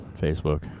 Facebook